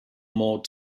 more